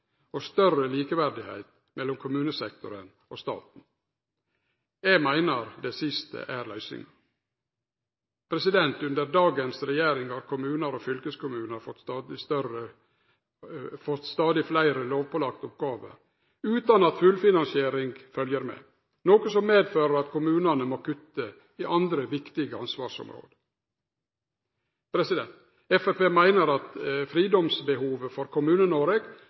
og større likeverd mellom kommunesektoren og staten. Eg meiner det siste er løysinga. Under dagens regjering har kommunar og fylkeskommunar fått stadig fleire lovpålagde oppgåver, utan at fullfinansiering følgjer med, noko som medfører at kommunane må kutte i andre viktige ansvarsområde. Framstegspartiet meiner at fridomsbehovet for